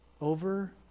over